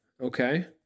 Okay